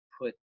put